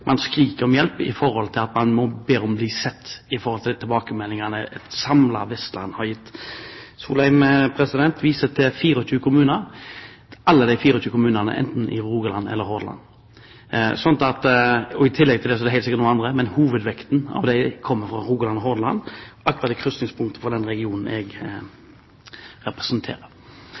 man nå ber om å bli sett, i forhold til tilbakemeldingene hele Vestlandet har gitt. Solheim viser til 24 kommuner. Alle de 24 kommunene er enten i Rogaland eller i Hordaland. I tillegg til dem er det sikkert noen andre, men hovedvekten av dem er i Rogaland og Hordaland, akkurat i krysningspunktet for den regionen jeg representerer.